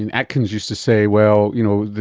and atkins used to say, well, you know